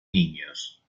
niños